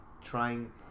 trying